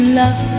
love